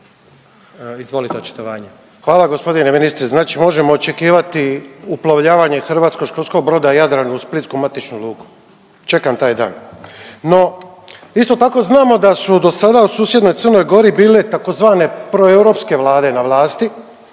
Hvala g. ministre. Znači možemo očekivati uplovljavanje Hrvatskog školskog broda Jadran u Splitsku matičnu luku. Čekam taj dan. No isto tako znamo da su do sada u susjednoj Crnoj Gori bile tzv. proeuropske vlade na vlasti